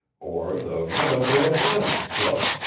or the meadowvale woman's club,